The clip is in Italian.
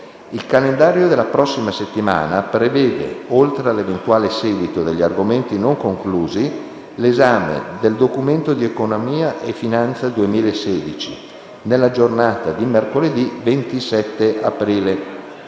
Il calendario della prossima settimana prevede, oltre l'eventuale seguito degli argomenti non conclusi, l'esame del Documento di economia e finanza 2016 nella giornata di mercoledì 27 aprile